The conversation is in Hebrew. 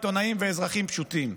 עיתונאים ואזרחים פשוטים.